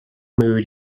mood